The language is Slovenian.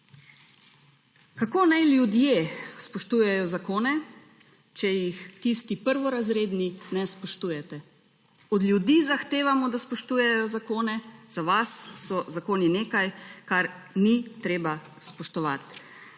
Kako naj ljudje spoštujejo zakone, če jih tisti prvo razredni ne spoštujete? Od ljudi zahtevamo, da spoštujejo zakone, za vas so zakoni nekaj, kar ni treba spoštovat.